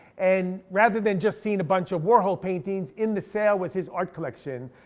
and rather than just seeing a bunch of warhol paintings, in the sale was his art collection.